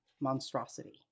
monstrosity